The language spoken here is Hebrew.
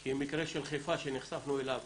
כי מקרה של חיפה שנחשפנו אליו